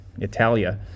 Italia